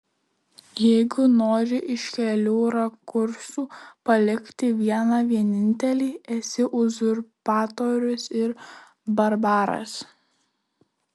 jeigu nori iš kelių rakursų palikti vieną vienintelį esi uzurpatorius ir barbaras